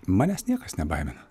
manęs niekas nebaimina